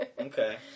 Okay